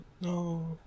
No